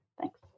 Thanks